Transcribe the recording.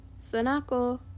Sanako